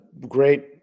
great